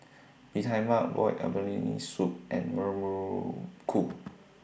Bee Tai Mak boiled abalone Soup and Muruku